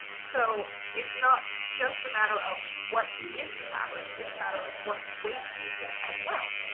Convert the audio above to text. so it's not just a matter of what is the fabric, it's a matter of what weight is it as well.